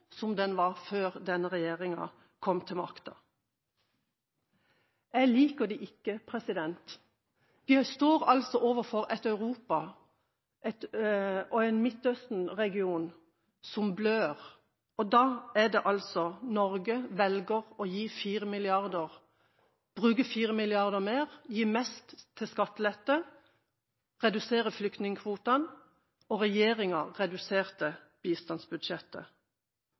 som den var før denne regjeringa kom til makta. Jeg liker det ikke. Vi står overfor et Europa og en Midtøsten-region som blør, og da velger altså Norge å bruke 4 mrd. kr mer, hvor mest går til skattelette, man reduserer flyktningekvotene og regjeringa reduserte bistandsbudsjettet.